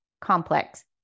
complex